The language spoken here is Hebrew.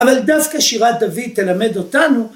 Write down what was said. אבל דווקא שירת דוד תלמד אותנו.